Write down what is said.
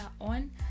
on